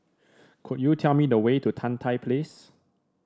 could you tell me the way to Tan Tye Place